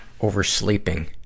oversleeping